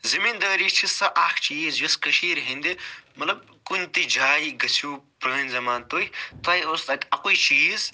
زٔمیٖندٲری چھِ سۄ اکھ چیٖز یۄس کٔشیٖرِ ہنٛدِ مطلب کُنہِ تہِ جایہِ گٔژھِو پرٛٲنہِ زَمانہٕ تُہۍ تۄہہِ ٲس تَتہِ اَکُے چیٖز